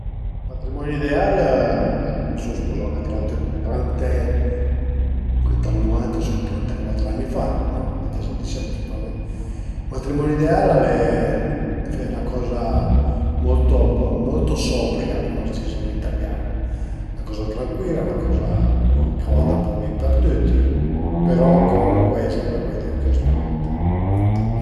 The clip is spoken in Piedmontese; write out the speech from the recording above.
Me matrimoni ideal, mi sun spuzame trente, trente, ënt ël nuvanta, a sun trentecuat ani fa, ades a dicember a fa trente. Me matrimoni ideal al e fe 'na coza molto molto sobria cum a s'dis ën italian, 'na coza trancuila, 'na coza ch'a vada un po bin per tüti però comuncue a ie sempre cuaidün ch'a s'lamenta